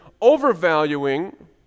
overvaluing